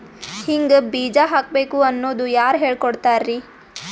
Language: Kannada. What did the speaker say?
ಹಿಂಗ್ ಬೀಜ ಹಾಕ್ಬೇಕು ಅನ್ನೋದು ಯಾರ್ ಹೇಳ್ಕೊಡ್ತಾರಿ?